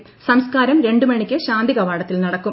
സ്കംസ്കാരം രണ്ട് മണിക്ക് ശാന്തികവാടത്തിൽ നടക്കും